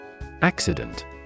Accident